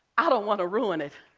i don't wanna ruin it.